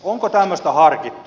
onko tämmöistä harkittu